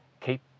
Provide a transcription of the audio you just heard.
Keep